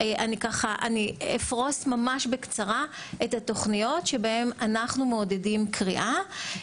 אני אפרוס בקצרה את התוכניות שבהם אנחנו מעודדים קריאה.